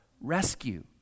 rescue